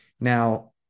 Now